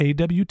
AWT